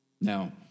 Now